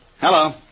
Hello